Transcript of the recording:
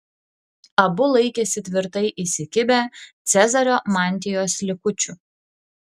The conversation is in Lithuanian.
abu laikėsi tvirtai įsikibę cezario mantijos likučių